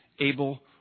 able